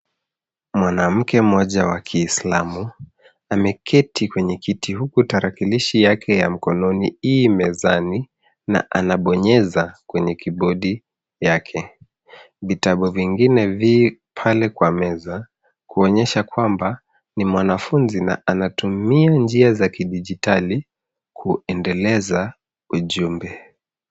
Mwanamke mmoja wa kiislamu, ameketi kwenye kiti huku tarakilishi yake ya mkononi i mezani na anabonyeza kwenye kibodi yake. Vitabu vingine vi pale kwa meza kuonyesha kwamba ni mwanafunzi na anatumia njia za kidijitali kuendeleza ujumbe.